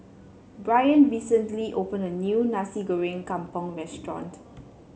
Bryan recently opened a new Nasi Goreng Kampung restaurant